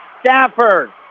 Stafford